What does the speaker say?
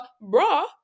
bra